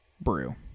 brew